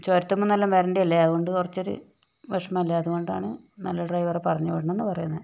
ചുരത്തിമ്മേന്നെല്ലാം വരേണ്ടതല്ലെ അതുകൊണ്ട് കുറച്ചൊരു വിഷമല്ലേ അതുകൊണ്ടാണ് നല്ല ഡ്രൈവറെ പറഞ്ഞ് വിടണംന്ന് പറയുന്നത്